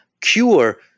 cure